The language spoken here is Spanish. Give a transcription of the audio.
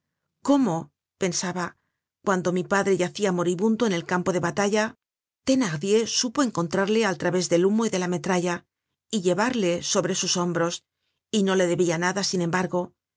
cómo pensaba cuando mi padre yacia moribundo en el campo de batalla thenardier supo encontrarle al través del humo y de la metralla y llevarle sobre sus hombros y no le debia nada sin embargo